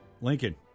Lincoln